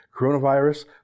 Coronavirus